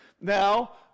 Now